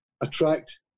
attract